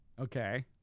Okay